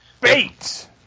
Bait